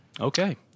Okay